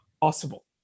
possible